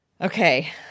Okay